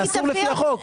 זה אסור לפי החוק.